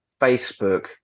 Facebook